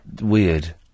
weird